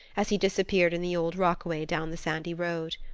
as he disappeared in the old rockaway down the sandy road.